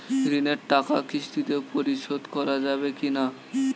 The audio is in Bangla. ঋণের টাকা কিস্তিতে পরিশোধ করা যাবে কি না?